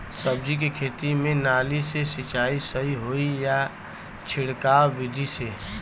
सब्जी के खेती में नाली से सिचाई सही होई या छिड़काव बिधि से?